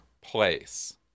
place